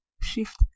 shift